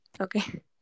okay